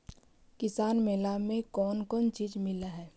किसान मेला मे कोन कोन चिज मिलै है?